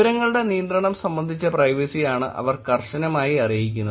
വിവരങ്ങളുടെ നിയന്ത്രണം സംബന്ധിച്ച പ്രൈവസിയാണ് അവർ കർശനമായി അറിയിക്കുന്നത്